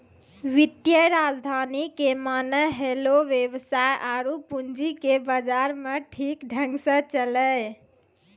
वित्तीय राजधानी के माने होलै वेवसाय आरु पूंजी के बाजार मे ठीक ढंग से चलैय